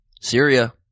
Syria